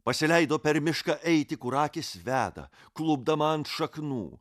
pasileido per mišką eiti kur akys veda klupdama ant šaknų